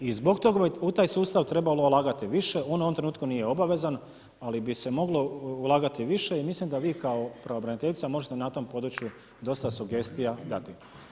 I zbog tog u taj sustav bi trebalo ulagati više, on u ovom trenutku nije obavezan ali bi se moglo ulagati više i mislim da vi kao pravobraniteljica možete na tom području dosta sugestija dati.